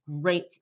great